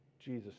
Jesus